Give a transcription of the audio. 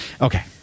Okay